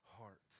heart